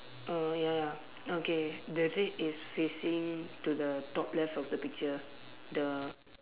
err ya ya okay the red is facing to the top left of the picture the